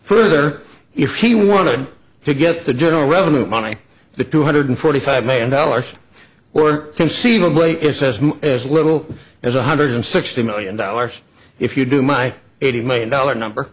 further if he wanted to get the general revenue money the two hundred forty five million dollars were conceivably it says as little as one hundred sixty million dollars if you do my eighty million dollars number